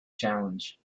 challenge